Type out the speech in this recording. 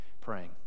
praying